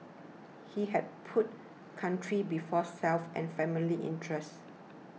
he had put country before self and family interest